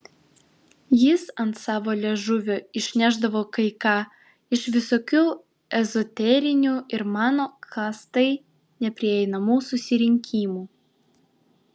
jis ant savo liežuvio išnešdavo kai ką iš visokių ezoterinių ir mano kastai neprieinamų susirinkimų